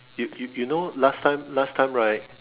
you you you know last time last time right